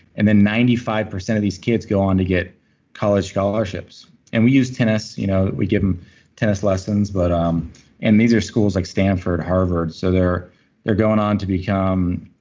and then, ninety five percent of these kids go on to get college scholarships and we use tennis. you know we give them tennis lessons. but um and these are schools like stanford, harvard, so they're they're going on to become